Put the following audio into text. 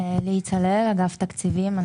אני מאגף תקציבים.